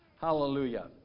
Hallelujah